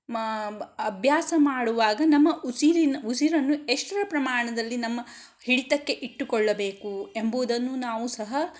ಮಾ ಅಭ್ಯಾಸ ಮಾಡುವಾಗ ನಮ್ಮ ಉಸಿರಿನ ಉಸಿರನ್ನು ಎಷ್ಟರ ಪ್ರಮಾಣದಲ್ಲಿ ನಮ್ಮ ಹಿಡಿತಕ್ಕೆ ಇಟ್ಟುಕೊಳ್ಳಬೇಕು ಎಂಬುವುದನ್ನು ನಾವು ಸಹ